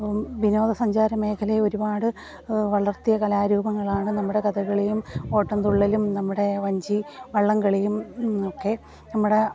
വിനോദസഞ്ചാര മേഖലയെ ഒരുപാട് വളർത്തിയ കലാരൂപങ്ങളാണ് നമ്മുടെ കഥകളിയും ഓട്ടൻതുള്ളലും നമ്മുടെ വഞ്ചി വള്ളംകളിയും ഒക്കെ നമ്മുടെ